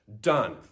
Done